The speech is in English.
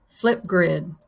Flipgrid